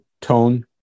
tone